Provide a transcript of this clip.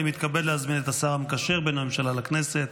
אני מתכבד להזמין את השר המקשר בין הממשלה לכנסת,